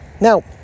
Now